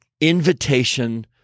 invitation